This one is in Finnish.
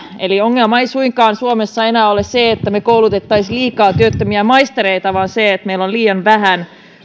eli ongelma ei suinkaan suomessa enää ole se että me kouluttaisimme liikaa työttömiä maistereita vaan se että meillä on liian vähän